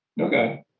Okay